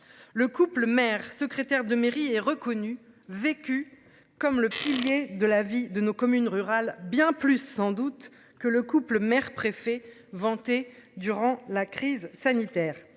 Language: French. Le couple mère secrétaire de mairie et reconnu vécue comme le pilier de la vie de nos communes rurales bien plus sans doute que le couple mère préfet vanté durant la crise sanitaire.